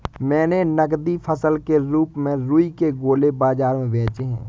मैंने नगदी फसल के रूप में रुई के गोले बाजार में बेचे हैं